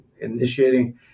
initiating